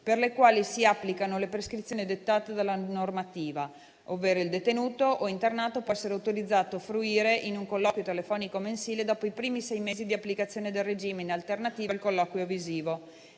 per le quali si applicano le prescrizioni dettate dalla normativa, ovvero il detenuto o internato può essere autorizzato a fruire di un colloquio telefonico mensile dopo i primi sei mesi di applicazione del regime, in alternativa al colloquio visivo.